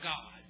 God